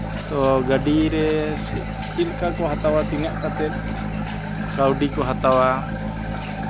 ᱛᱳ ᱜᱟᱹᱰᱤᱨᱮ ᱪᱮᱫ ᱞᱮᱠᱟ ᱠᱚ ᱦᱟᱛᱟᱣᱟ ᱛᱤᱱᱟᱹᱜ ᱠᱟᱛᱮᱫ ᱠᱟᱹᱣᱰᱤ ᱠᱚ ᱦᱟᱛᱟᱣᱟ